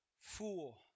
fool